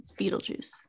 Beetlejuice